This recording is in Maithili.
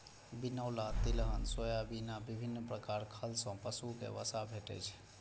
बिनौला, तिलहन, सोयाबिन आ विभिन्न प्रकार खल सं पशु कें वसा भेटै छै